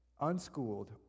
unschooled